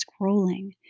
scrolling